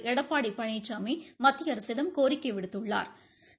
எடப்பாடி பழனிசாமி மத்திய அரசிடம் கோரிக்கை விடுத்துள்ளனா்